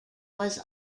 was